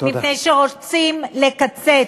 מפני שרוצים לקצץ,